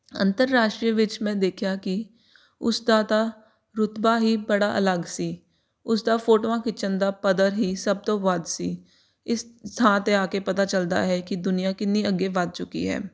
ਅੰਤਰਰਾਸ਼ਟਰੀ ਵਿੱਚ ਮੈਂ ਦੇਖਿਆ ਕਿ ਉਸ ਦਾ ਤਾਂ ਰੁਤਬਾ ਹੀ ਬੜਾ ਅਲੱਗ ਸੀ ਉਸ ਦਾ ਫੋਟੋਆਂ ਖਿੱਚਣ ਦਾ ਪੱਧਰ ਹੀ ਸਭ ਤੋਂ ਵੱਧ ਸੀ ਇਸ ਥਾਂ 'ਤੇ ਆ ਕੇ ਪਤਾ ਚੱਲਦਾ ਹੈ ਕਿ ਦੁਨੀਆਂ ਕਿੰਨੀ ਅੱਗੇ ਵੱਧ ਚੁੱਕੀ ਹੈ